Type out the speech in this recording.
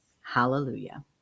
Hallelujah